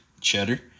cheddar